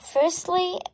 Firstly